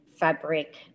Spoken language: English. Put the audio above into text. Fabric